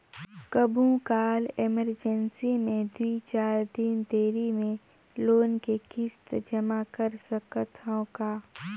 कभू काल इमरजेंसी मे दुई चार दिन देरी मे लोन के किस्त जमा कर सकत हवं का?